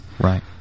Right